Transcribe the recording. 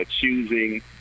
choosing